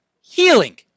healing